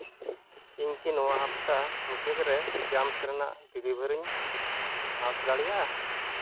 ᱤᱧ ᱠᱤ ᱱᱚᱣᱟ ᱦᱟᱯᱛᱟ ᱢᱩᱪᱟᱹᱫ ᱨᱮ ᱡᱟᱢᱥ ᱨᱮᱱᱟᱜ ᱰᱮᱞᱤᱵᱷᱟᱨᱤᱧ ᱟᱥ ᱫᱟᱲᱮᱭᱟᱜᱼᱟ